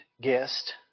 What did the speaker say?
guest